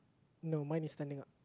no mine is standing out